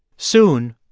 soon,